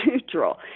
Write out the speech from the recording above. neutral